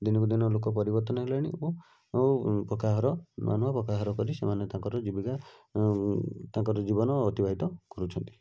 ଦିନକୁ ଦିନ ଲୋକ ପରିବର୍ତ୍ତନ ହେଲେଣି ଓ ଆଉ ପକ୍କା ଘର ନୂଆନୂଆ ପକ୍କା ଘର କରି ସେମାନେ ତାଙ୍କର ଜୀବିକା ତାଙ୍କର ଜୀବନ ଅତିବାହିତ କରୁଛନ୍ତି